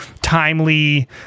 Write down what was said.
timely